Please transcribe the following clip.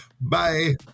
Bye